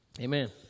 amen